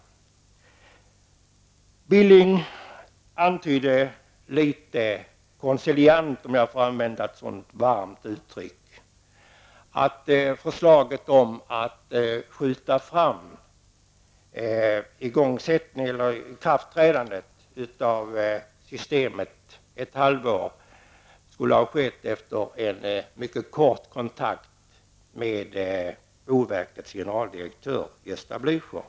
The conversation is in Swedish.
Knut Billing antydde litet konsiliant, om jag får använda ett sådant varmt uttryck, att förslaget om att skjuta fram ikraftträdandet av systemet ett halvår skulle ha skett efter en mycket kort kontakt med boverkets generaldirektör Gösta Blu cher.